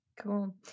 Cool